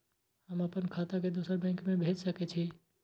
हम आपन खाता के दोसर बैंक में भेज सके छी?